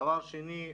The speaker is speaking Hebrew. דבר שני,